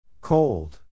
Cold